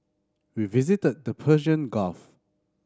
we visited the Persian Gulf